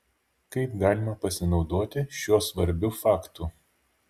kaip galima pasinaudoti šiuo svarbiu faktu